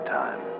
time